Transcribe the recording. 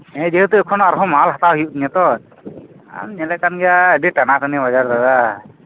ᱦᱮᱸ ᱡᱮᱦᱮᱛᱩ ᱮᱠᱷᱚᱱᱚ ᱟᱨᱦᱚᱸ ᱢᱟᱞ ᱦᱟᱛᱟᱣ ᱦᱩᱭᱩᱜ ᱛᱤᱧᱟᱹ ᱛᱚ ᱟᱨ ᱮᱢ ᱧᱮᱞᱮᱫ ᱠᱟᱱ ᱜᱮᱭᱟ ᱟᱹᱰᱤ ᱴᱟᱱᱟ ᱴᱟᱱᱤ ᱵᱟᱡᱟᱨ ᱫᱟᱫᱟ